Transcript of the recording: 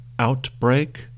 Outbreak